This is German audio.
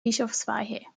bischofsweihe